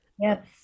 Yes